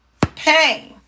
pain